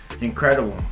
Incredible